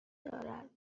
دارد